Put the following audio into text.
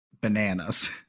bananas